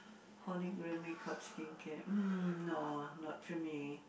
makeup skincare mm no not for me